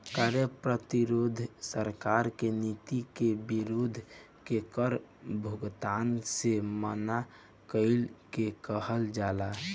कार्य प्रतिरोध सरकार के नीति के विरोध में कर भुगतान से मना कईला के कहल जाला